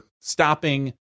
stopping